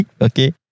Okay